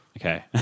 Okay